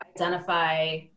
identify